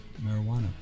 marijuana